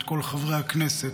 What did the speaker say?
את כל חברי הכנסת,